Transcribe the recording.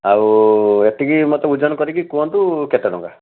ଆଉ ଏତିକି ମୋତେ ଓଜନ କରିକି କୁହନ୍ତୁ କେତେ ଟଙ୍କା